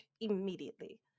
immediately